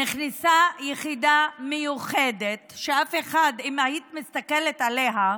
נכנסה יחידה מיוחדת, ואם היית מסתכלת עליה,